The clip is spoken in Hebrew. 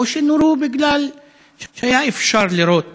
או שנורו כי היה אפשר לירות